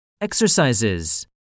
Exercises